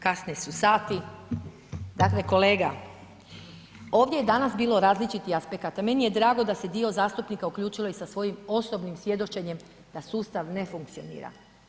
Kasni su sati, dakle kolega, ovdje je danas bilo različitih aspekata, meni je drago da se dio zastupnika uključilo i sa svojim osobnim svjedočenjem da sustav ne funkcionira.